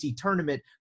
tournament